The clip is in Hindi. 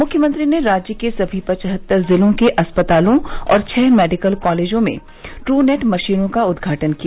मुख्यमंत्री ने राज्य के सभी पचहत्तर जिलों के अस्पतालों और छह मेडिकल कॉलेजों में ट्रू नेट मशीनों का उद्घाटन किया